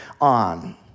on